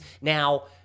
Now